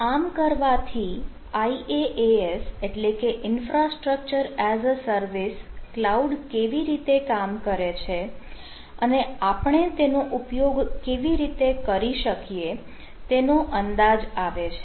આમ કરવાથી IaaS infrastructure as a service cloud કેવી રીતે કામ કરે છે અને આપણે તેનો ઉપયોગ કેવી રીતે કરી શકીએ તેનો અંદાજ આવે છે